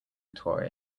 toy